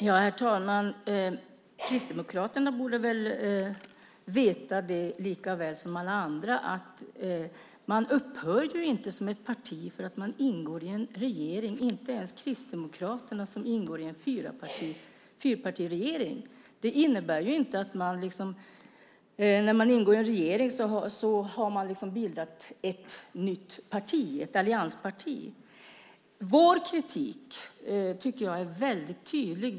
Herr talman! Kristdemokraterna borde väl veta lika väl som alla andra att man inte upphör som parti för att man ingår i en regering, inte ens Kristdemokraterna som ingår i en fyrpartiregering. När man ingår i en regering innebär det inte att man har bildat ett nytt parti, ett alliansparti. Vår kritik tycker jag är tydlig.